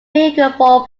vehicle